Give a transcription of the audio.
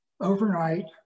overnight